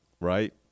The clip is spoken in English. right